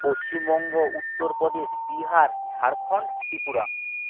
Paschimbanga Uttar Pradesh Bihar Jharkhand Tripura